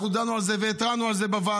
אנחנו דנו על זה והתרענו על זה בוועדה.